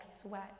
sweat